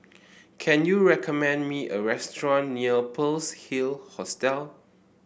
can you recommend me a restaurant near Pearl's Hill Hostel